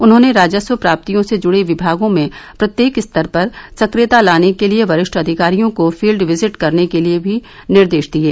उन्होंने राजस्व प्राप्तियों से जुड़े विमागों में प्रत्येक स्तर पर सक्रियता लाने के लिए वरिष्ठ अधिकारियों को फील्ड विजिट करने के भी निर्देश दिये